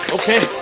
okay,